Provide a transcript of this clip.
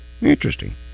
Interesting